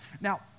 Now